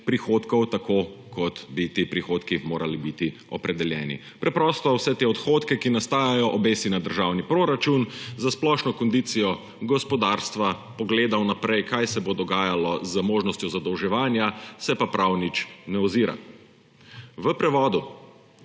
prihodkov, tako kot bi ti prihodki morali biti opredeljeni. Preprosto vse te odhodke, ki nastajajo, obesi na državni proračun, za splošno kondicijo gospodarstva pogleda vnaprej, kaj se bo dogajalo, z možnostjo zadolževanja se pa prav nič ne ozira. V prevodu: